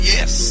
Yes